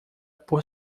por